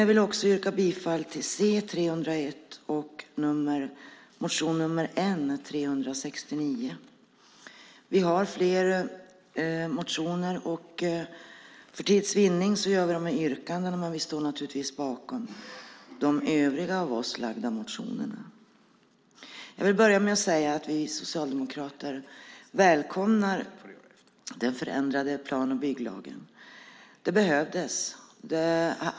Vi har fler reservationer, men för tids vinnande yrkar jag bifall till dessa reservationer, men vi står naturligtvis bakom även våra andra reservationer. Vi socialdemokrater välkomnar den förändrade plan och bygglagen. En sådan behövdes.